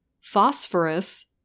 phosphorus